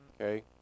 okay